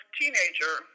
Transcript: teenager